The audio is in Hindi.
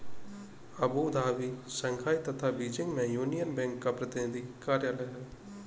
अबू धाबी, शंघाई तथा बीजिंग में यूनियन बैंक का प्रतिनिधि कार्यालय है?